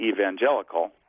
evangelical